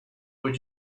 would